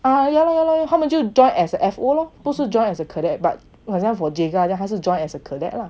ah yeah lah yeah lah 他们就 join as fo lor 不是 join as a cadet but 好像 for jega 他是 joined as a cadet